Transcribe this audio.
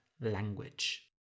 language